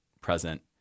present